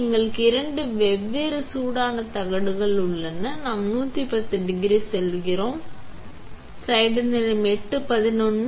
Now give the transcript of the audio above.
எங்களுக்கு இரண்டு வெவ்வேறு சூடான தகடுகள் உள்ளன நாம் 110 டிகிரி செல்கிறோம் ஒரு வேண்டும்